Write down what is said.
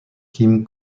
kim